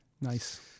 Nice